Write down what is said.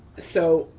so,